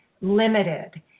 Limited